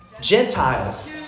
Gentiles